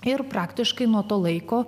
ir praktiškai nuo to laiko